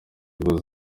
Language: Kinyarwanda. bivuze